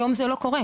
היום זה לא קורה.